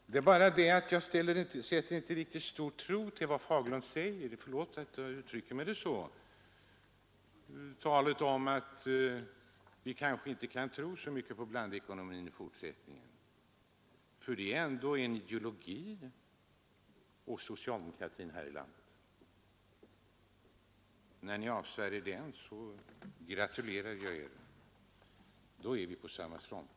Det är bara det att jag inte sätter så stor tro till vad herr Fagerlund säger — förlåt att jag uttrycker det så — om att vi kanske inte kan lita till blandekonomin i fortsättningen, som ju ändå är en ideologi hos socialdemokratin här i landet. När ni avsvär er den, Nr 44 gratulerar jag er — då är vi på samma frontlinje.